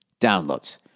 downloads